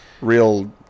Real